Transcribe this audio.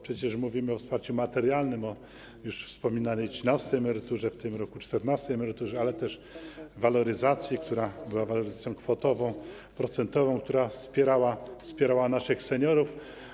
Przecież mówimy o wsparciu materialnym, o już wspominanej trzynastej emeryturze, w tym roku czternastej emeryturze, ale też o waloryzacji, która była waloryzacją kwotową, procentową, była wsparciem dla naszych seniorów.